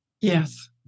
yes